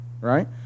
right